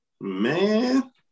man